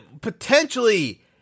potentially